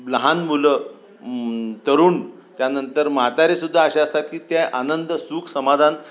लहान मुलं तरुण त्यानंतर म्हातारेसुद्धा असे असतात की त्या आनंद सुख समाधान